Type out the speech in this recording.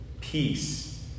peace